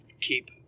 keep